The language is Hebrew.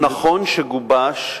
נכון שגובש,